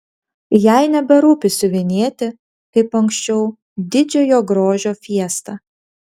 jai neberūpi siuvinėti kaip anksčiau didžiojo grožio fiestą